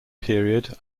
period